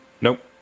Nope